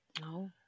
No